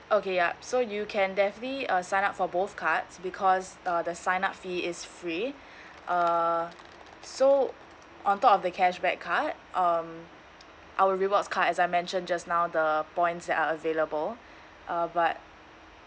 okay yup so you can definitely uh sign up for both cards because uh the sign up fee is free uh so on top of the cashback card um our rewards card as I mentioned just now the points that are available uh but